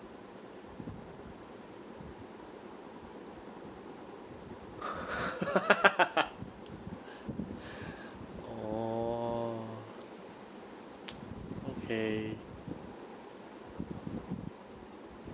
oh okay